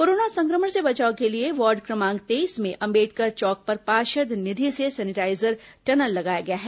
corona संक्रमण से बचाव के लिए वार्ड क्रमांक तेईस में अम्बेडकर चौक पर पार्षद निधि से सैनिटाइजर टनल लगाया गया है